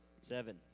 Seven